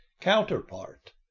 counterpart